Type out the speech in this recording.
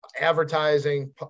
advertising